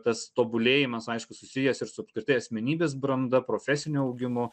tas tobulėjimas aišku susijęs ir su apskritai asmenybės branda profesiniu augimu